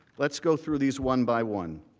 let's go through these one by one.